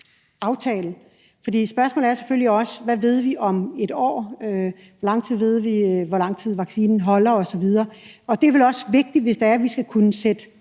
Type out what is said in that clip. aftale, for spørgsmålet er selvfølgelig også, hvad vi ved om et år om, hvor lang tid vaccinen holder osv. Og det er vel også vigtigt, hvis det er, at vi skal kunne sætte